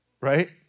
right